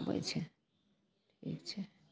अबै छै ठीक छै